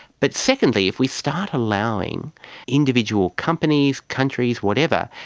but secondly, if we start allowing individual companies, countries, whatever,